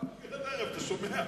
מהבוקר עד הערב אתה שומע.